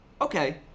Okay